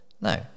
No